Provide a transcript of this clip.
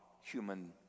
human